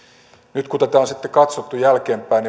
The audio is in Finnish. nyt kun tätä on sitten katsottu jälkeenpäin